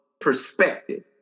perspective